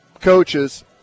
coaches